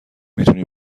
میتونی